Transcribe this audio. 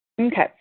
Okay